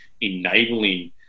enabling